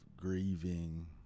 grieving